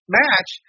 match